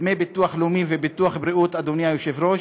בדמי ביטוח לאומי וביטוח בריאות, אדוני היושב-ראש,